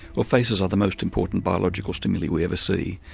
well faces are the most important biological stimuli we ever see,